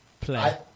play